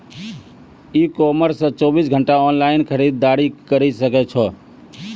ई commerce से चौबीस घंटा ऑनलाइन खरीदारी करी सकै छो